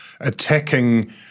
attacking